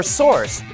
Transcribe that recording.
source